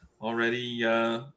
already